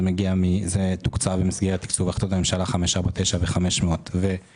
זה תוקצב במסגרת תקצוב החלטות הממשלה 549 ו-577.